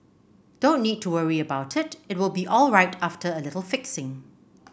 don't need to worry about it it will be alright after a little fixing